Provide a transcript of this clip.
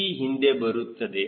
G ಹಿಂದೆ ಬರುತ್ತದೆ